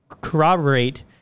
corroborate